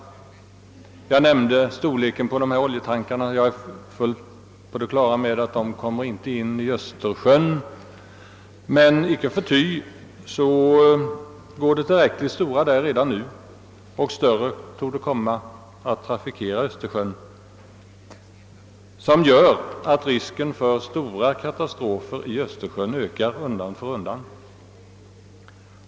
Jag nämnde storleken på de oljetankers som finns och jag är fullt på det klara med att de största inte kommer in i Östersjön. Icke förty går tillräckligt stora där redan nu och ännu större torde komma att trafikera Östersjön. Detta gör att risken för stora katastrofer där ökar undan för undan.